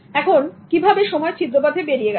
এখন কিভাবে সময় ছিদ্রপথে বেরিয়ে গেল